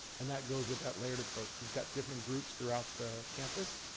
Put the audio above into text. and that goes with that layered approach. you've got different groups throughout the campus,